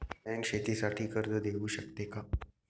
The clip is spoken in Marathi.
बँक शेतीसाठी कर्ज देऊ शकते का?